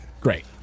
Great